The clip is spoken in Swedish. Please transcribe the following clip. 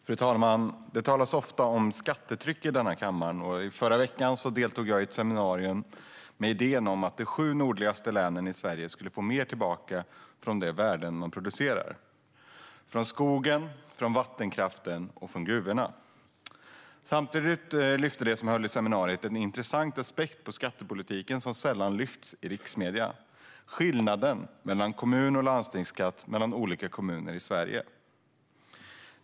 Fru talman! Det talas ofta om skattetryck i denna kammare. Förra veckan deltog jag i ett seminarium med idén om att de sju nordligaste länen i Sverige skulle få mer tillbaka från de värden som de producerar - från skogen, från vattenkraften och från gruvorna. Samtidigt lyfte de som höll i seminariet fram en intressant aspekt på skattepolitiken som sällan lyfts fram i riksmedierna: skillnaden i kommunalskatt och landstingsskatt mellan olika kommuner i Sverige.